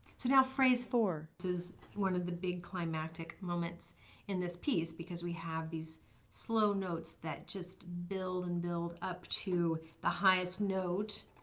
so now phrase four this is one of the big climactic moments in this piece because we have these slow notes that just build and build up to the highest note